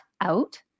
out